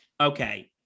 okay